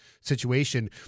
situation